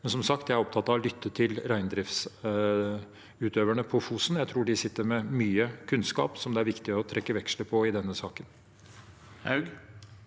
er som sagt opptatt av å lytte til reindriftsutøverne på Fosen. Jeg tror de sitter med mye kunnskap som det er viktig å trekke veksler på i denne saken.